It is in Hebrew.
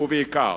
ובעיקר